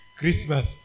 Christmas